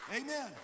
Amen